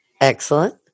Excellent